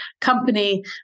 company